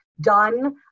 done